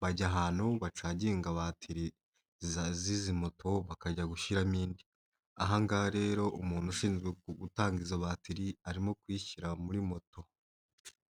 bajya ahantu bacaginga batiri z'izi moto, bakajya gushyiramo indi. Aha ngaha rero umuntu ushinzwe gutanga izo batiri arimo kuyishyira muri moto.